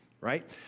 right